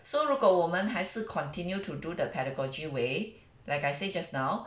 so 如果我们还是 continue to do the pedagogy way like I say just now